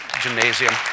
gymnasium